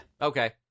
Okay